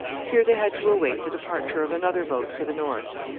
here they had to await the departure of another boat for the north.